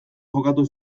jokatu